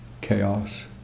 chaos